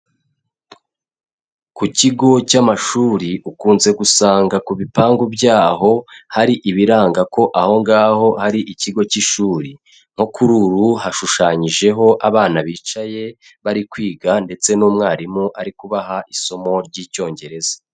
Ku kigo cy'amashuri ukunze gusanga ku bipangu byaho hari ibiranga ko aho ngaho ari ikigo cy'ishuri, nko kuri uru hashushanyijeho abana bicaye bari kwiga ndetse n'umwarimu ari kubaha isomo ry'Icyongereza.